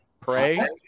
Pray